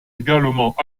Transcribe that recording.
également